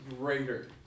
greater